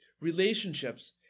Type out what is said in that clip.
Relationships